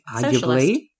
Socialist